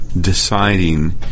deciding